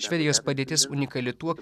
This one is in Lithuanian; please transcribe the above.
švedijos padėtis unikali tuo